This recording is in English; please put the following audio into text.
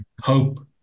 Hope